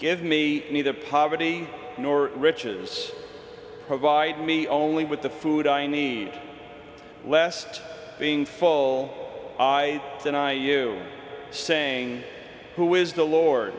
give me neither poverty nor riches provide me only with the food i need lest being full i deny you saying who is the lord